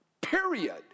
period